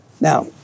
Now